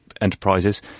enterprises